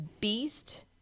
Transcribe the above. Beast